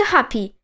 Happy